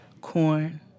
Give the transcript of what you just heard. corn